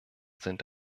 sind